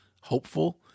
hopeful